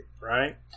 right